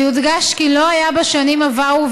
ויודגש כי לא היה בשנים עברו,